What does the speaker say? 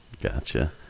Gotcha